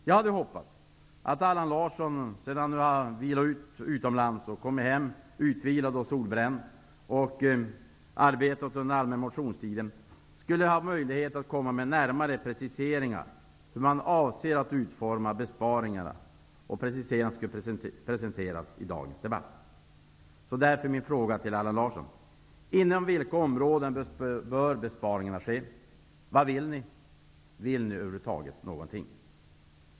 Jag hade hoppats att Allan Larsson, sedan han varit utomlands och kommit hem utvilad och solbränd till arbetet under allmänna motionstiden, skulle ha möjlighet att i dagens debatt göra en närmare precisering av hur Socialdemokraterna avser att utforma besparingarna. Så min fråga till Allan Larsson är: Inom vilka områden bör besparingarna ske? Vad vill ni? Vill ni över huvud taget någonting?